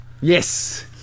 Yes